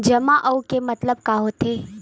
जमा आऊ के मतलब का होथे?